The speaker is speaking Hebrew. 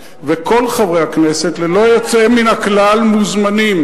וכל חברי הכנסת ללא יוצא מן הכלל מוזמנים